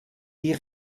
die